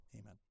Amen